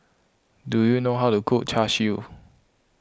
do you know how to cook Char Siu